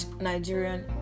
Nigerian